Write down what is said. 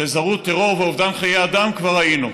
שזרעו טרור ואובדן חיי אדם כבר היינו.